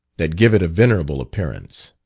that give it a venerable appearance.